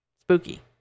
spooky